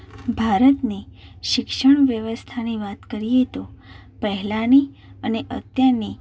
ભારતની શિક્ષણ વ્યવસ્થાની વાત કરીએ તો પહેલાંની અને અત્યારની